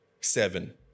seven